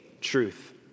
truth